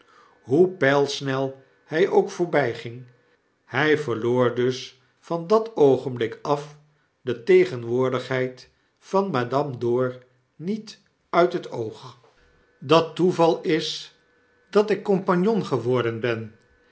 hoe pylsnel hij ookvoorbyging nij verloor dus van dat oogenblikaf detegenwoordigheid van madame dor niet uit het oog dat toeval is dat ik compagnon geworden ben